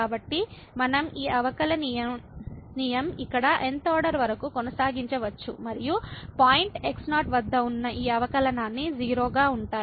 కాబట్టి మనం ఈ అవకలనీయం ఇక్కడ nth ఆర్డర్ వరకు కొనసాగించవచ్చు మరియు పాయింట్ x0 వద్ద ఉన్న ఈ అవకలనాలన్ని 0 గా ఉంటాయి